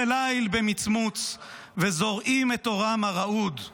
// נוצצים ככבי-ליל במצמוץ / וזורעים את אורם הרעוד /